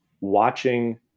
watching